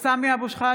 (קוראת בשמות חברי הכנסת) סמי אבו שחאדה,